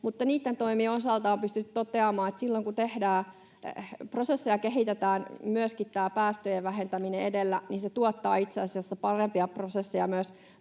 Mutta niitten toimien osalta on pystytty toteamaan, että silloin kun tehdään ja prosesseja kehitetään myöskin tämä päästöjen vähentäminen edellä, niin se tuottaa itse asiassa parempia prosesseja myös